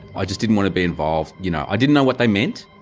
i just didn't want to be involved. you know i didn't know what they meant.